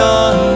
on